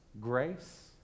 grace